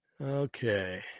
okay